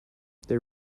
they